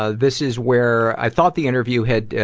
ah this is where i thought the interview had, ah,